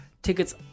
Tickets